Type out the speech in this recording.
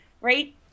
Right